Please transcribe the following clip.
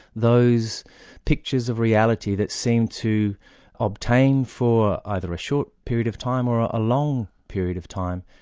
those pictures of reality that seemed to obtain for either a short period of time or a long period of time.